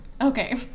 Okay